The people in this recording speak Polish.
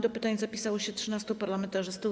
Do pytań zapisało się 13 parlamentarzystów.